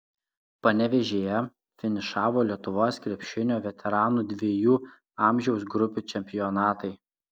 panevėžyje finišavo lietuvos krepšinio veteranų dviejų amžiaus grupių čempionatai